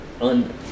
on